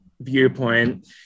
viewpoint